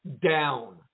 down